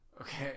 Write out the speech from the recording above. Okay